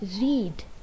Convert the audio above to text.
read